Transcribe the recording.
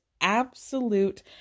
absolute